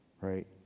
right